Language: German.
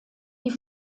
die